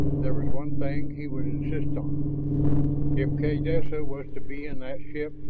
there was one thing he would insist on if kaydessa was to be in that ship,